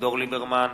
אביגדור ליברמן,